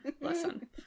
listen